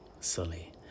Sully